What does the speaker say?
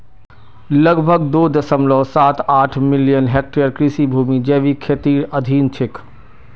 लगभग दो दश्मलव साथ आठ मिलियन हेक्टेयर कृषि भूमि जैविक खेतीर अधीन छेक